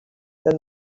than